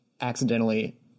accidentally